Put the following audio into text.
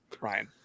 Ryan